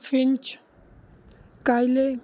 finch kyle